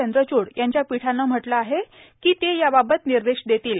चंद्रचूड यांच्या पीठानं म्हटलं आहे की ते याबाबत निर्देश देतील